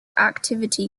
active